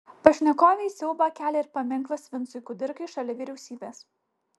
pašnekovei siaubą kelia ir paminklas vincui kudirkai šalia vyriausybės